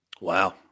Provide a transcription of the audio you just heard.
Wow